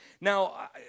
Now